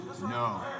No